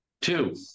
two